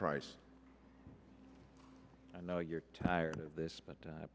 price i know you're tired of this but